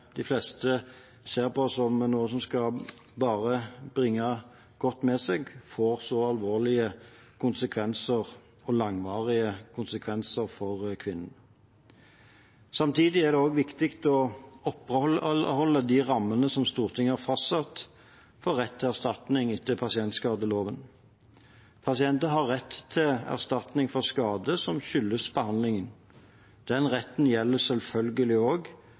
de fleste ser på som noe som bare skal bringe godt med seg, får så alvorlige og langvarige konsekvenser for kvinnen. Samtidig er det også viktig å opprettholde de rammene som Stortinget har fastsatt for rett til erstatning etter pasientskadeloven. Pasienter har rett til erstatning for skade som skyldes behandlingen. Den retten gjelder selvfølgelig også kvinner som har født. Men dette gjelder først og